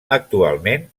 actualment